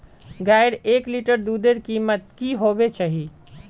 गायेर एक लीटर दूधेर कीमत की होबे चही?